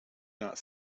not